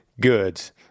Goods